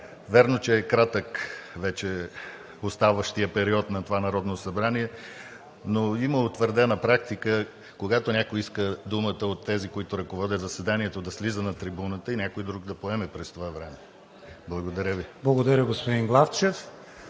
вярно, че е кратък вече оставащият период на това Народно събрание, но има утвърдена практика, когато някой иска думата от тези, които ръководят заседанието, да слиза на трибуната и някой друг да поеме през това време. Благодаря Ви. ПРЕДСЕДАТЕЛ КРИСТИАН